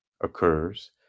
occurs